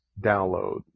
download